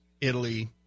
Italy